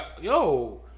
yo